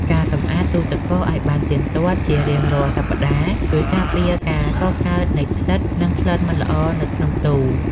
ការសម្អាតទូរទឹកកកឱ្យបានទៀងទាត់ជារៀងរាល់សប្តាហ៍ ជួយការពារការកកើតនៃផ្សិតនិងក្លិនមិនល្អនៅក្នុងទូរ។